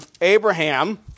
Abraham